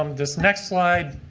um this next slide.